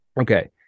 Okay